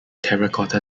terracotta